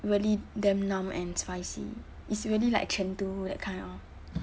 really damn numb and spicy it's really like chengdu that kind orh